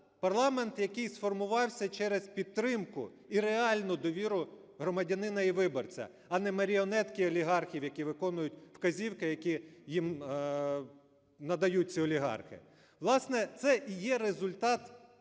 парламент, який сформувався через підтримку і реальну довіру громадянина і виборця, а не маріонетки олігархів, які виконують вказівки, які їм надають ці олігархи. Власне, це і є результат і